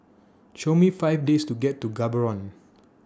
Show Me five ways to get to Gaborone